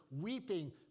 weeping